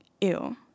ew